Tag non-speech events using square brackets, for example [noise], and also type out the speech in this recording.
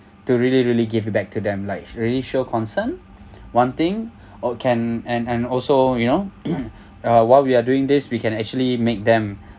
to really really give it back to them like really show concern [breath] one thing or can and and also you know [coughs] uh what we are doing this we can actually make them